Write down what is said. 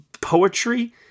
poetry